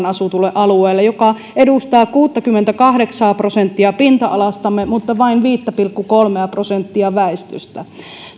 asutulle alueelle joka edustaa kuuttakymmentäkahdeksaa prosenttia pinta alastamme mutta vain viittä pilkku kolmea prosenttia väestöstä